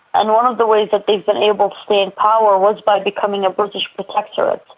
and one of the ways that they've been able to stay in power was by becoming a british protectorate.